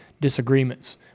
disagreements